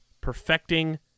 perfecting